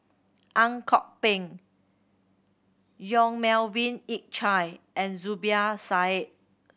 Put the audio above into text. Ang Kok Peng Yong Melvin Yik Chye and Zubir Said